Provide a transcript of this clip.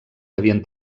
havien